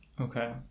okay